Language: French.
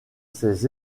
ces